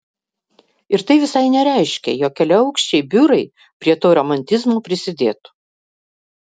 ir tai visai nereiškia jog keliaaukščiai biurai prie to romantizmo prisidėtų